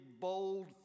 bold